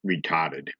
retarded